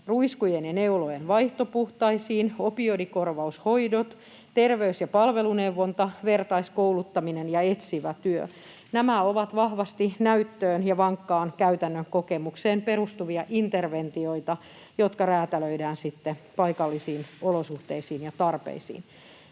ruiskujen ja neulojen vaihto puhtaisiin, opioidikorvaushoidot, terveys- ja palveluneuvonta, vertaiskouluttaminen ja etsivä työ. Nämä ovat vahvasti näyttöön ja vankkaan käytännön kokemukseen perustuvia interventioita, jotka räätälöidään sitten paikallisiin olosuhteisiin ja tarpeisiin.